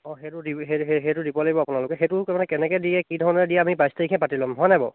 অঁ সেইটো দি সেই সেইটো দিব লাগিব আপোনোক সেইটো মানে কেনেকৈ দিয়ে কি ধৰণে দিয়ে আমি বাইছ তাৰিখে পাতি ল'ম হয়নে বাৰু